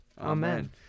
Amen